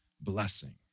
blessing